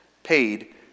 Paid